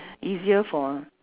easier for